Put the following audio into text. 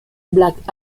black